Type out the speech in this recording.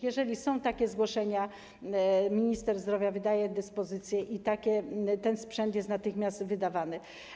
Jeżeli są takie zgłoszenia, minister zdrowia wydaje dyspozycję i ten sprzęt jest natychmiast wydawany.